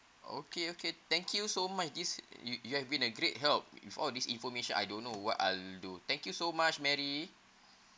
okay okay thank you so much this you~ you have been a great help with all this information I don't know what I'll do thank you so much mary